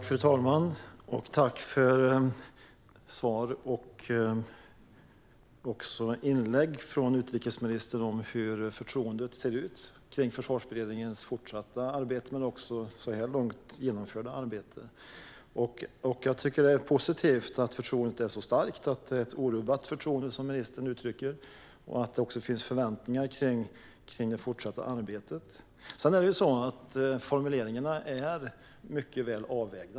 Fru talman! Tack för svar och inlägg från utrikesministern om hur förtroendet ser ut för Försvarsberedningens fortsatta men också så här långt genomförda arbete! Jag tycker att det är positivt att förtroendet är starkt. Det är ett orubbat förtroende, som ministern uttrycker det, och hon säger att det finns förväntningar på det fortsatta arbetet. Formuleringarna är mycket väl avvägda.